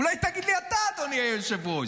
אולי תגיד לי אתה, אדוני היושב-ראש.